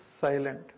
silent